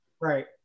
Right